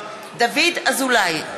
דוד אזולאי,